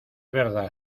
verdad